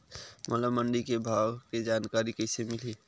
मोला मंडी के भाव के जानकारी कइसे मिलही?